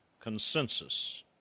consensus